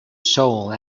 soul